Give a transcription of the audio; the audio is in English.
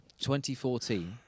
2014